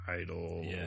idol